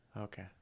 Okay